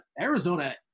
Arizona